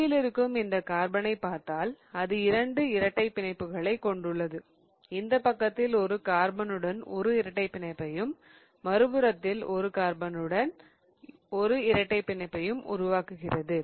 நடுவில் இருக்கும் இந்த கார்பனைப் பார்த்தால் அது இரண்டு இரட்டை பிணைப்புகளை கொண்டுள்ளது இந்த பக்கத்தில் ஒரு கார்பனுடன் ஒரு இரட்டைப் பிணைப்பையும் மறுபுறத்தில் ஒரு கார்பனுடன் ஒரு இரட்டை பிணைப்பையும் உருவாக்குகிறது